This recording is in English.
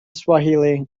swahili